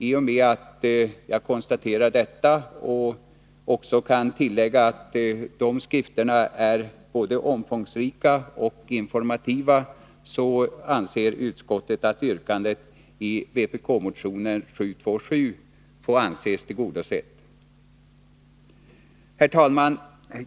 I och med detta och eftersom skrifterna är både omfångsrika och informativa, anser utskottet att yrkandet i vpk-motionen 727 får anses tillgodosett. Herr talman!